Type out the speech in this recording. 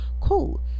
cool